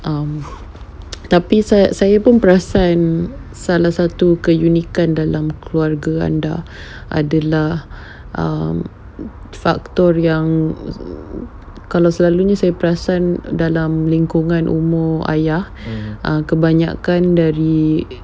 um tapi saya saya pun perasan salah satu keunikan dalam keluarga anda adalah um faktor yang apa tu kalau selalunya saya perasan dalam lingkungan umur ayah kebanyakan dari